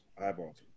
eyeballs